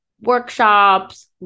workshops